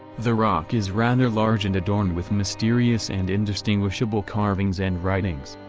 the rock is rather large and adorned with mysterious and indistinguishable carvings and writings.